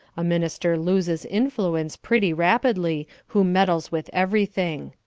a minister loses influence pretty rapidly who meddles with everything.